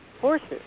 horses